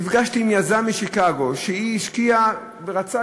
נפגשתי עם יזם משיקגו שהשקיע ורצה,